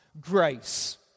grace